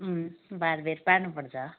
बारबेर पार्नुपर्छ